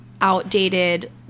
outdated